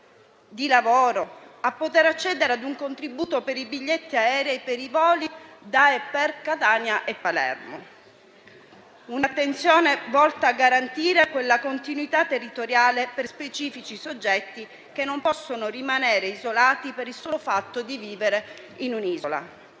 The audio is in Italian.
di lavoro di accedere a un contributo per i biglietti aerei per i voli da e per Catania e Palermo. È un'attenzione volta a garantire la continuità territoriale per soggetti specifici, che non possono rimanere isolati per il solo fatto di vivere in un'isola.